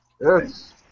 Yes